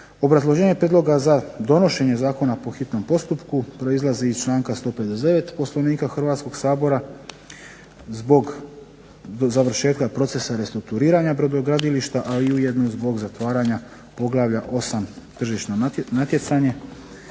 Obrazloženje prijedloga za donošenje zakona po hitnom postupku proizlazi iz članka 159. Poslovnika Hrvatskog sabora zbog završetka procesa restrukturiranja brodogradilišta, ali ujedno zbog zatvaranja poglavlja 8. tržišno natjecanje,